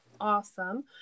awesome